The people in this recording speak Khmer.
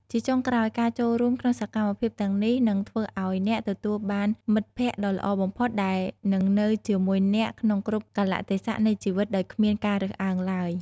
ជាចុងក្រោយ ការចូលរួមក្នុងសកម្មភាពទាំងនេះនឹងធ្វើឱ្យអ្នកទទួលបានមិត្តភក្តិដ៏ល្អបំផុតដែលនឹងនៅជាមួយអ្នកក្នុងគ្រប់កាលៈទេសៈនៃជីវិតដោយគ្មានការរើសអើងឡើយ។